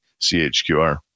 CHQR